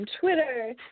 Twitter